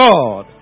God